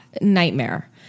nightmare